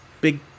big